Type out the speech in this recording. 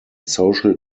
social